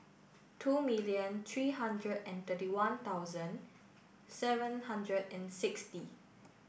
two million three hundred and thirty one thousand seven hundred and sixty